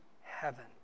heaven